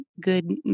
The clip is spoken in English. good